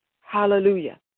hallelujah